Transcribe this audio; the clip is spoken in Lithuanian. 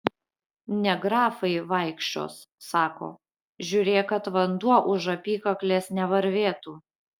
ne grafai vaikščios sako žiūrėk kad vanduo už apykaklės nevarvėtų